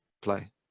play